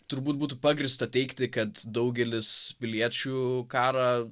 turbūt būtų pagrįsta teigti kad daugelis piliečių karą